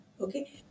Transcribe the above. Okay